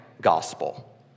gospel